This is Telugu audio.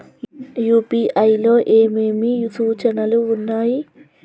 యూ.పీ.ఐ లో ఏమేమి సూచనలు ఉన్నాయి?